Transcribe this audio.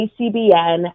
ACBN